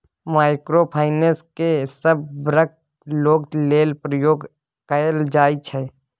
micro finance केँ सब बर्गक लोक लेल प्रयोग कएल जाइ छै